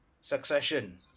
succession